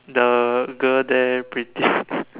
the girl there pretty